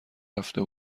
رفته